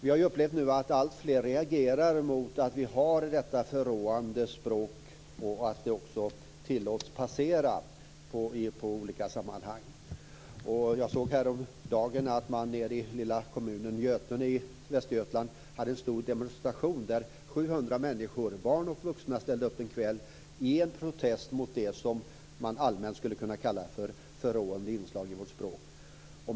Vi har upplevt att alltfler reagerar mot det förråande språket och att det tillåts passera i olika sammanhang. Jag såg häromdagen att man i den lilla kommunen Götene i Västergötland hade en stor demonstration där 700 människor, barn och vuxna, ställde upp en kväll i en protest mot det som man allmänt skulle kunna kalla förråande inslag i vårt språk.